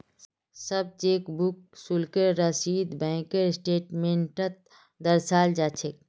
सब चेकबुक शुल्केर रसीदक बैंकेर स्टेटमेन्टत दर्शाल जा छेक